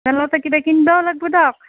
হোটেলতে কিবা কিনবাও লাগিব দক